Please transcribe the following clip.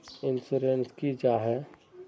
Insurance की जाहा?